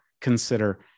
consider